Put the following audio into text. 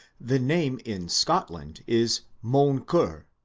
the name in scotland is moncur,